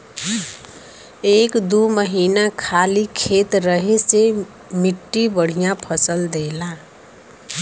एक दू महीना खाली खेत रहे से मट्टी बढ़िया फसल देला